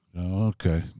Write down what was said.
Okay